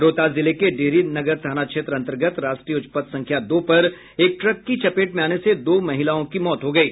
रोहतास जिले के डिहरी नगर थाना क्षेत्र अंतर्गत राष्ट्रीय उच्च पथ संख्या दो पर एक ट्रक की चपेट में आने से दो महिलाओं की मौत हो गयी